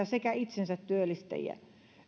sekä itsensätyöllistäjiä